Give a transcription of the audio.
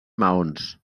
maons